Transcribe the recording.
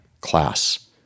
class